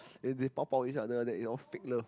then they all 抱抱 each other then it's all fake love